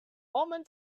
woman